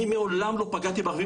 אני מעולם לא פגעתי בערבים,